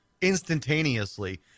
instantaneously